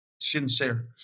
sincere